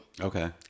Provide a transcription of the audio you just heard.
Okay